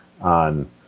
on